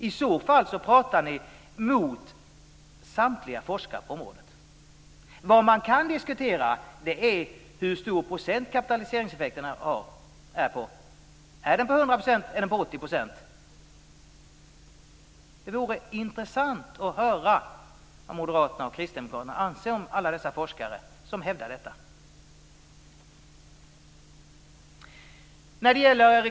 I så fall talar ni mot samtliga forskare på området. Vad man kan diskutera är hur stor procent kapitaliseringseffekten är. Är den 100 % eller 80 %? Det vore intressant att höra vad Moderaterna och Kristdemokraterna anser om alla dessa forskare som hävdar detta.